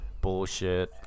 bullshit